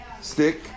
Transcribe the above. stick